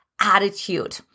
attitude